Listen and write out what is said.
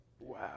Wow